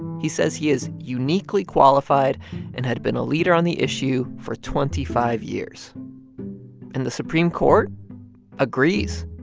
he says he is uniquely qualified and had been a leader on the issue for twenty five years and the supreme court agrees.